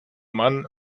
mann